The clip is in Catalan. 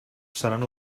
seran